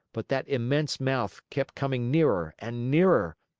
but that immense mouth kept coming nearer and nearer.